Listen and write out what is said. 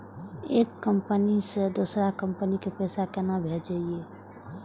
एक कंपनी से दोसर कंपनी के पैसा केना भेजये?